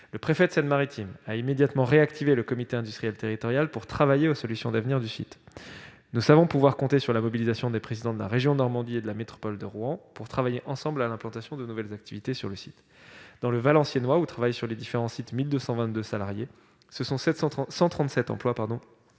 Le préfet de Seine-Maritime a immédiatement réactivé le comité industriel territorial pour réfléchir aux solutions d'avenir du site. Nous savons pouvoir compter sur la mobilisation des présidents de la région Normandie et de la métropole de Rouen pour oeuvrer, ensemble, à l'implantation de nouvelles activités sur le site. Dans le Valenciennois, où 1 222 salariés travaillent sur les différents sites, ce sont 137 emplois